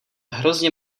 hrozně